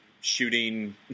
shooting